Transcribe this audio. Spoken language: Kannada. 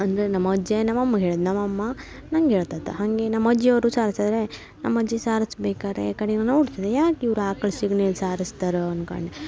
ಅಂದರೆ ನಮ್ಮ ಅಜ್ಜಯ್ಯ ನಮ್ಮ ಅಮ್ಮಗೆ ಹೇಳಿದ್ ನಮ್ಮ ಅಮ್ಮ ನಂಗೆ ಹೇಳ್ತದ ಹಾಗೆ ನಮ್ಮ ಅಜ್ಜಿಯೋರು ಸಾರ್ಸರೆ ನಮ್ಮ ಅಜ್ಜಿ ಸಾರ್ಸ್ಬೇಕಾದ್ರೆ ಕಡಿಗೆ ನಾನು ನೋಡ್ತಿದ್ದೆ ಯಾಕೆ ಇವ್ರು ಆಕ್ಳ ಸಗ್ಣಿಯಲ್ಲಿ ಸಾರುಸ್ತಾರೆ ಅನ್ಕಂಡು